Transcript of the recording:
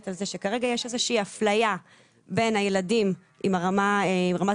על זה כרגע יש איזושהי אפליה בין הילדים עם רמת